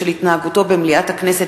הצעת חוק לתיקון פקודת בריאות העם (הגבלת כהונה של מנהלי בתי-חולים),